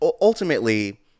ultimately